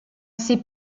sait